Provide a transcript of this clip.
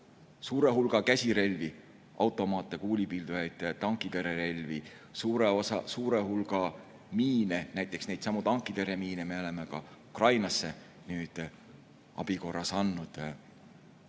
suure hulga käsirelvi, automaate, kuulipildujaid, tankitõrjerelvi, suure hulga miine, näiteks neidsamu tankitõrjemiine me oleme ka Ukrainasse abi korras andnud,